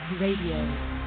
Radio